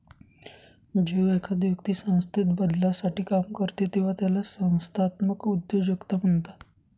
जेव्हा एखादी व्यक्ती संस्थेत बदलासाठी काम करते तेव्हा त्याला संस्थात्मक उद्योजकता म्हणतात